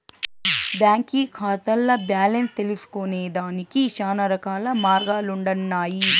బాంకీ కాతాల్ల బాలెన్స్ తెల్సుకొనేదానికి శానారకాల మార్గాలుండన్నాయి